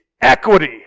equity